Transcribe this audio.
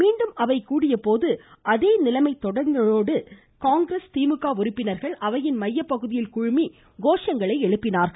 மீண்டும் அவை கூடியபோது அதே நிலைமை தொடா்ந்ததோடு காங்கிரஸ் திமுக உறுப்பினர்கள் அவையின் மையப்பகுதியில் குழுமி கோஷங்களை எழுப்பினார்கள்